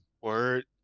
word